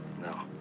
No